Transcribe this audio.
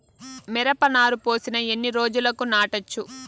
మిరప నారు పోసిన ఎన్ని రోజులకు నాటచ్చు?